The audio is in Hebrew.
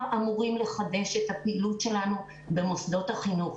אמורים לחדש את הפעילות שלנו במוסדות החינוך,